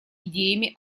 идеями